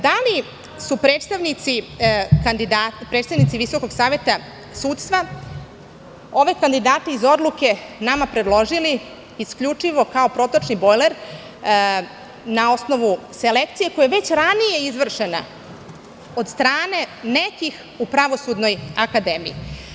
Da li su predstavnici Visokog saveta sudstva ove kandidate iz Odluke nama predložili isključivo kao protočni bojler na osnovu selekcije koja je već ranije izvršena od strane nekih u Pravosudnoj akademiji?